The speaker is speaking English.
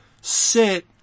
sit